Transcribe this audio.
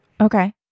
okay